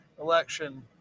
election